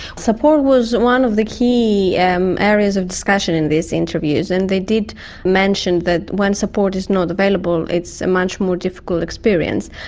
support was one of the key areas of discussion in these interviews, and they did mention that when support is not available it's a much more difficult experience.